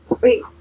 Wait